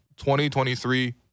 2023